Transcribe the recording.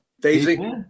Daisy